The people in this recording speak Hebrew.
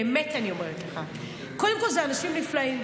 באמת אני אומרת לך, קודם כול הם אנשים נפלאים.